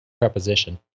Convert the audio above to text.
preposition